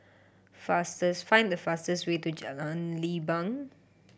fastest find the fastest way to Jalan Leban